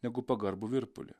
negu pagarbų virpulį